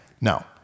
Now